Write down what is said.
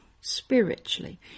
spiritually